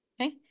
okay